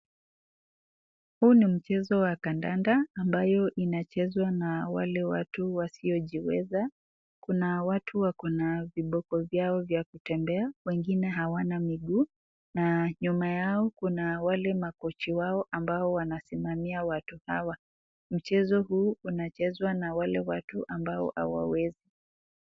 Huyu ni mchezo wa kandanda ambayo inachezwa na wale watu wasiojiweza. Kuna watu wako na viboko vyao vya kutembea wengine hawana miguu na nyuma yao kuna wale makochi wao ambao wanasimamia watu hawa. Mchezo huu unachezwa na wale watu ambao hawawezi.